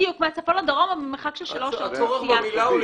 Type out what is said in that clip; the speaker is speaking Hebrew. בדיוק, מהצפון לדרום או במרחק של שעות נסיעה.